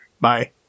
Bye